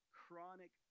chronic